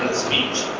speech,